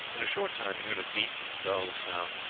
in a short time he heard a deep dull sound,